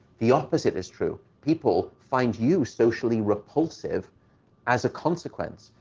the opposite is true. people find you socially repulsive as a consequence.